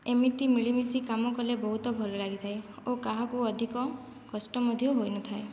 ଏମିତି ମିଳିମିଶି କାମ କଲେ ବହୁତ ଭଲ ଲାଗିଥାଏ ଓ କାହାକୁ ଅଧିକ କଷ୍ଟ ମଧ୍ୟ ହୋଇନଥାଏ